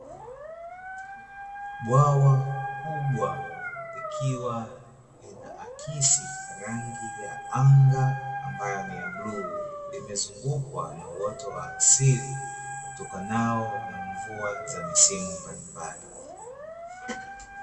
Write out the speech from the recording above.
Bwawa kubwa likiwa linaakisi rangi ya anga ambayo ni ya bluu. Limezungukwa na uoto wa asili utokanao na mvua za misimu mbalimbali.